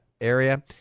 area